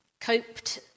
coped